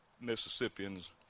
Mississippians